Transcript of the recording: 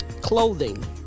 clothing